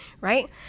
right